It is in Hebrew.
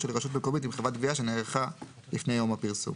של רשות מקומית עם חברת גבייה שנערכה לפני יום הפרסום.